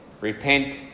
Repent